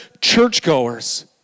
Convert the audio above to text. church-goers